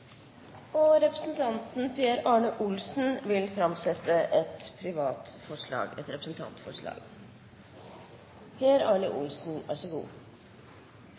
Forsvaret. Representanten Per Arne Olsen vil framsette et representantforslag.